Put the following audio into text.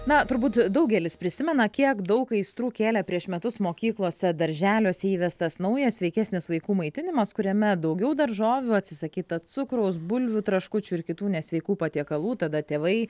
na turbūt daugelis prisimena kiek daug aistrų kėlė prieš metus mokyklose darželiuose įvestas naujas sveikesnis vaikų maitinimas kuriame daugiau daržovių atsisakyta cukraus bulvių traškučių ir kitų nesveikų patiekalų tada tėvai